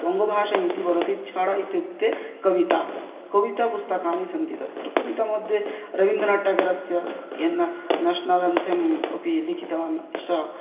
बङ्गभाषा इति वदति छड इत्युक्ते कविता कविता पुस्तकानि सन्ति तत्र कविता मध्ये रविन्द्रनाथ टागरस्य यन् नेश्नल् एन्थम् अपि लिखितवान् सः